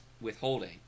withholding